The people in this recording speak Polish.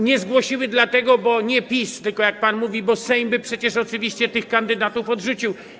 Nie zgłosiły dlatego, że nie PiS, tylko, jak pan mówi, Sejm by oczywiście tych kandydatów odrzucił.